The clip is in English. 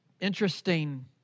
interesting